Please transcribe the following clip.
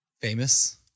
Famous